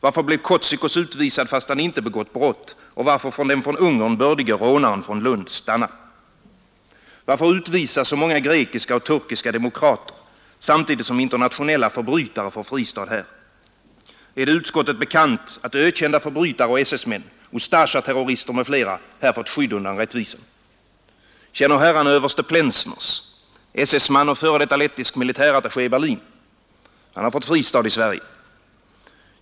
Varför blev Kotzikos utvisad fast han inte begått brott, och varför får den från Ungern bördige rånaren från Lund stanna? Varför utvisas så många grekiska och turkiska demokrater, samtidigt som internationella förbrytare får fristad här? Är det utskottet bekant att ökända förbrytare och SS-män, Ustasjaterrorister m.fl. här fått skydd undan rättvisan? Känner herrarna överste Plensners, SS-man och f. d. lettisk militärattaché i Berlin? Han har fått fristad i Sverige.